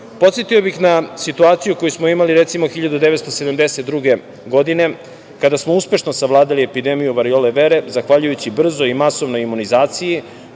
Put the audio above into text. živote. Podsetio bih na situaciju koju smo imali, recimo, 1972. godine, kada smo uspešno savladali epidemiju variole vere, zahvaljujući brzo i masovnoj imunizaciji,